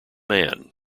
man